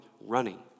running